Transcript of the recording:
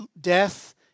death